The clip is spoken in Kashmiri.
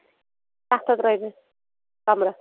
سَتھ ہَتھ رۄپیہِ کَمرَس